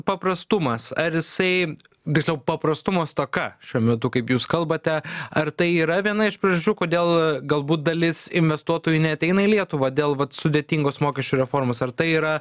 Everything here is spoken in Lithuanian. paprastumas ar jisai tiksliau paprastumo stoka šiuo metu kaip jūs kalbate ar tai yra viena iš priežasčių kodėl galbūt dalis investuotojų neateina į lietuvą dėl vat sudėtingos mokesčių reformos ar tai yra